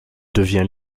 devient